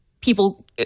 People